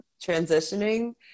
transitioning